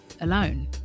alone